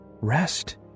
rest